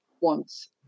wants